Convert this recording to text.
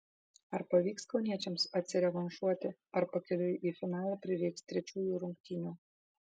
ar pavyks kauniečiams atsirevanšuoti ar pakeliui į finalą prireiks trečiųjų rungtynių